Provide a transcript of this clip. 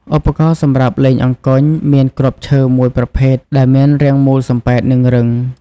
ឧបករណ៍សម្រាប់លេងអង្គញ់ មានគ្រាប់ឈើមួយប្រភេទដែលមានរាងមូលសំប៉ែត និងរឹង ។